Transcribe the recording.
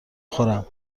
خورم